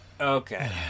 Okay